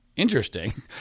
interesting